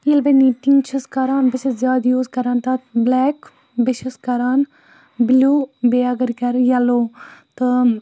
ییٚلہِ بہٕ نِٹِنٛگ چھَس کَران بہٕ چھَس زیادٕ یوٗز کَران تَتھ بٕلیک بیٚیہِ چھَس کَران بِلیوٗ بیٚیہِ اگر کَرٕ یَلو تہٕ